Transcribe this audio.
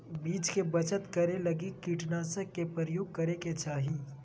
बीज के बचत करै लगी कीटनाशक के प्रयोग करै के चाही